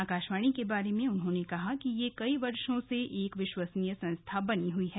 आकाशवाणी के बारे में उन्होंने कहा कि यह कई वर्षो से एक विश्वसनीय संस्था बनी हुई है